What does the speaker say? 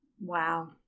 Wow